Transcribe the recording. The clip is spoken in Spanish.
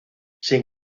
sin